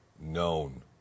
known